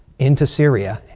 into syria,